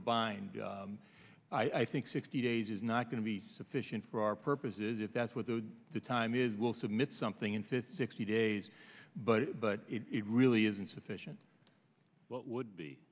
bind i think sixty days is not going to be sufficient for our purposes if that's what the time is will submit something in fifty sixty days but it really isn't sufficient what would be